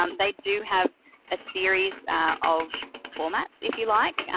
um they do have a series of formats, if you like,